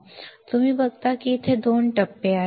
तुम्ही बघता की इथे दोन टप्पे आहेत